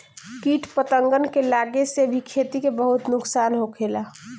किट पतंगन के लागे से भी खेती के बहुत नुक्सान होखेला